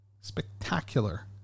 spectacular